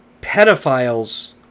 pedophiles